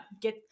get